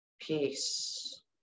peace